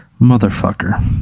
Motherfucker